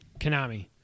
Konami